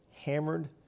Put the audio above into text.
...hammered